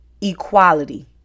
equality